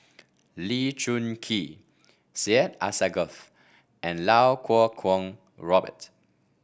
Lee Choon Kee Syed Alsagoff and Lau Kuo Kwong Robert